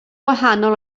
wahanol